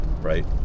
Right